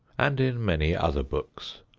and in many other books.